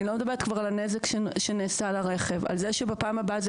אני כבר לא מדברת על הנזק שנעשה לרכב ועל זה שבפעם הבאה זה